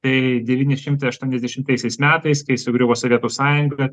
tai devyni šimtai aštuoniasdešimtaisiais metais kai sugriuvo sovietų sąjunga